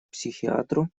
психиатру